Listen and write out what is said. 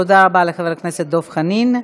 תודה רבה לחבר הכנסת דב חנין.